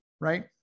right